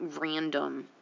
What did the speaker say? random